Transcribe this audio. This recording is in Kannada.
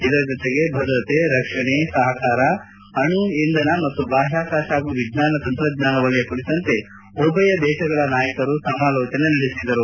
ಇದರ ಜೊತೆಗೆ ಭದ್ರತೆ ರಕ್ಷಣಾ ಸಹಕಾರ ಅಣು ಇಂಧನ ಮತ್ತು ಬಾಹ್ಯಾಕಾಶ ಹಾಗೂ ವಿಜ್ಞಾನ ತಂತ್ರಜ್ಞಾನ ವಲಯ ಕುರಿತಂತೆ ಉಭಯ ದೇಶಗಳ ನಾಯಕರು ಸಮಾಲೋಚನೆ ನಡೆಸಿದರು